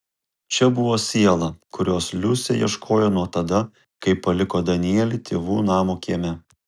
čia buvo siela kurios liusė ieškojo nuo tada kai paliko danielį tėvų namo kieme